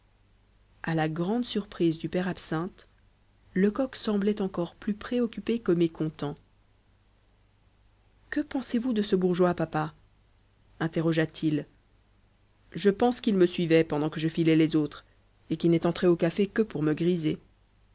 à la grande surprise du père absinthe lecoq semblait encore plus préoccupé que mécontent que pensez-vous de ce bourgeois papa interrogea-t-il je pense qu'il me suivait pendant que je filais les autres et qu'il n'est entré au café que pour me griser